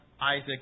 Isaac